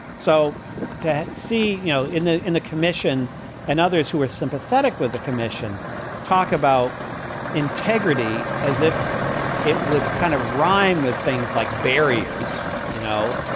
so to see, you know, in the in the commission and others who are sympathetic with the commission talk about integrity as if it would kind of rhyme with things like barriers. you know,